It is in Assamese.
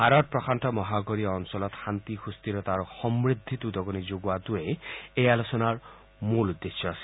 ভাৰত প্ৰশান্ত মহাসাগৰীয় অঞ্চলত শান্তি সুস্থিৰতা আৰু সমূদ্ধিত উদগনি যোগোৱাটোৱে এই আলোচনাৰ মূল উদ্দেশ্য আছিল